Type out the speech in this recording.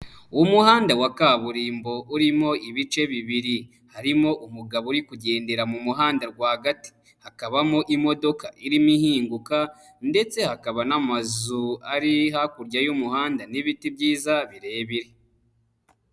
Umuhanda wa kaburimbo urimo ibice bibiri. Harimo umugabo uri kugendera mu muhanda rwagati. Hakabamo imodoka irimo ihinguka ndetse hakaba n'amazu ari hakurya y'umuhanda n'ibiti byiza birebire.